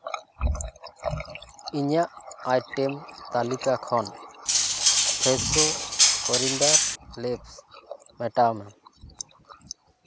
ᱤᱧᱟᱹᱜ ᱟᱭᱴᱮᱢ ᱛᱟᱹᱞᱤᱠᱟ ᱠᱷᱚᱱ ᱯᱷᱮᱥᱳ ᱠᱳᱨᱤᱱᱰᱟᱨ ᱯᱷᱮᱥ ᱢᱮᱴᱟᱣ ᱢᱮ